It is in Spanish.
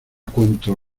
cuento